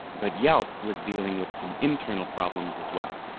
but yelp was dealing with some internal problems as well.